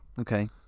Okay